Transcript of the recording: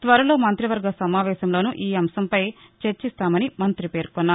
త్వరలో మంత్రివర్గ సమావేశంలోనూ ఈవిషయంపై చర్చిస్తామని మంతి పేర్కొన్నారు